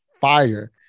fire